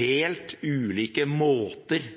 helt ulike måter